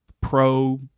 pro